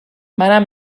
منم